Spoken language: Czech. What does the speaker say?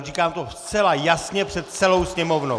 Říkám to zcela jasně před celou Sněmovnou.